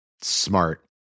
Smart